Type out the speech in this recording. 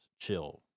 chill